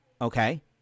Okay